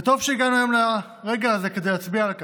וטוב שהגענו היום לרגע הזה כדי להצביע על כך.